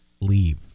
leave